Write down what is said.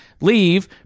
leave